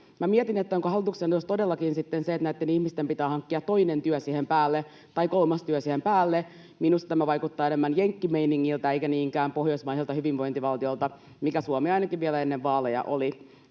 mietin, onko hallituksen ajatus todellakin se, että näitten ihmisten pitää hankkia toinen työ siihen päälle tai kolmas työ siihen päälle. Minusta tämä vaikuttaa enemmän jenkkimeiningiltä eikä niinkään pohjoismaiselta hyvinvointivaltiolta, mikä Suomi ainakin vielä ennen vaaleja oli.